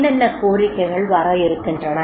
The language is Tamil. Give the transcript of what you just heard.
என்னென்ன கோரிக்கைகள் வர இருக்கின்றன